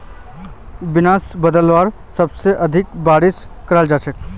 nimbus बादल सबसे अधिक बारिश कर छेक